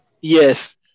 yes